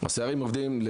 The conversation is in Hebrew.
כן.